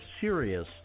serious